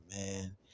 man